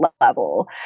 level